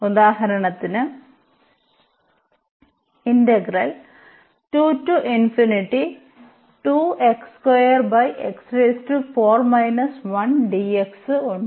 ഉദാഹരണത്തിന് ഉണ്ട്